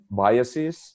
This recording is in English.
biases